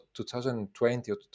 2020